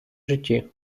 житті